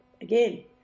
again